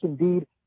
indeed